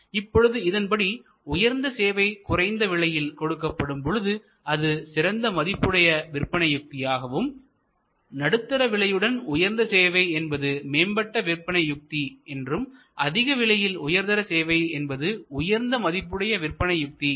இப்பொழுது இதன்படி உயர்தர சேவை குறைந்த விலையில் கொடுக்கப்படும் பொழுது அது சிறந்த மதிப்புடைய விற்பனை யுக்தியாகவும் supper values strategy நடுத்தர விலையுடன் உயர்தர சேவை என்பது மேம்பட்ட விற்பனை யுக்தி என்றும் அதிக விலையில் உயர்தர சேவை என்பது உயர்ந்து மதிப்புடைய விற்பனை யுக்தி premium strategy